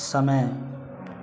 समय